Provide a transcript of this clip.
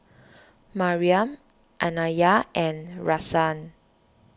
Mariam Anaya and Rahsaan